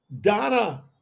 Donna